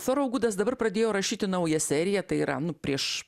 foraugudas dabar pradėjo rašyti naują seriją tai yra prieš